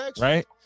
right